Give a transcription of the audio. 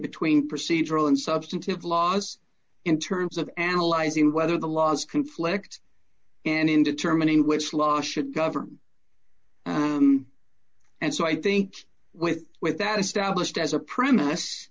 between procedural and substantive laws in terms of analyzing whether the laws conflict and in determining which law should govern and so i think with with that established as a premise